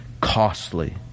costly